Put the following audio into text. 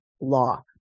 Law